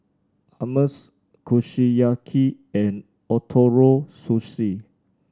Hummus Kushiyaki and Ootoro Sushi